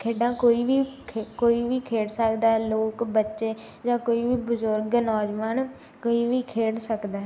ਖੇਡਾਂ ਕੋਈ ਵੀ ਖ ਕੋਈ ਵੀ ਖੇਡ ਸਕਦਾ ਹੈ ਲੋਕ ਬੱਚੇ ਜਾਂ ਕੋਈ ਵੀ ਬਜ਼ੁਰਗ ਨੌਜਵਾਨ ਕੋਈ ਵੀ ਖੇਡ ਸਕਦਾ ਹੈ